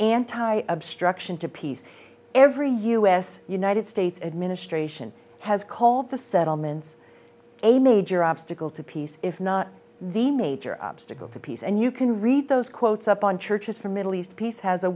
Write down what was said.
anti obstruction to peace every us united states administration has called the settlements a major obstacle to peace if not the major obstacle to peace and you can read those quotes up on churches for middle east peace has a